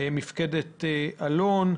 מפקדת אלון,